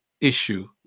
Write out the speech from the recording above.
issue